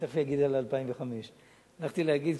אני תיכף אגיד על 2005. עמדתי להגיד,